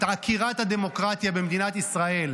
את עקירת הדמוקרטיה במדינת ישראל,